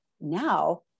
now